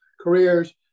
careers